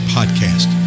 Podcast